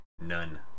None